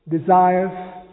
desires